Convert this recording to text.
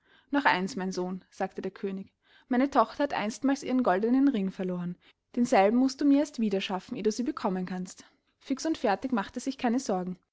noch eins mein sohn sagte der könig meine tochter hat einstmals ihren goldnen ring verloren denselben mußt du mir erst wiederschaffen eh du sie bekommen kannst fix und fertig machte sich keine sorgen